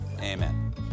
Amen